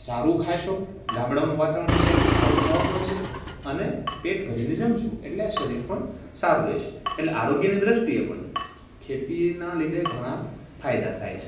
સારું ખાશો ગામડામાં વાતાવરણ હશે એટલે સારું ખાવા મળશે અને પેટ ભરીને જમશો એટલે શરીર પણ સારું રેશે એટલે આરોગ્યની દ્રષ્ટિએ પણ ખેતીના લીધે ઘણા ફાયદા થાય છે